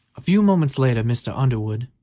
a few moments later mr. underwood,